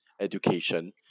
education